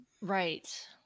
Right